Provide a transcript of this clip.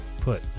put